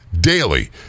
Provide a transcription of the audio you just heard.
daily